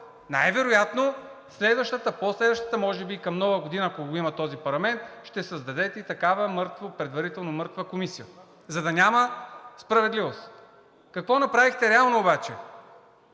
най-вероятно следващата, по-следващата, а може би към Нова година, ако го има този парламент, ще създадете и такава предварително мъртва комисия, за да няма справедливост. Какво направихте реално обаче?